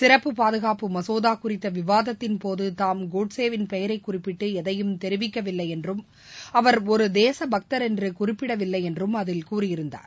சிறப்பு பாதுகாப்பு மசோதா குறித்த விவாதத்தின் போது தாம் கோட்சேவின் பெயரை குறிப்பிட்டு எதையும் தெரிவிக்கவில்லை என்றும் அவர் ஒரு தேசபக்தர் என்று குறிப்பிடவில்லை என்றும் அதில் கூறியிருந்தார்